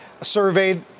surveyed